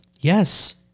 Yes